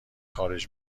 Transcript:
خارج